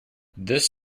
this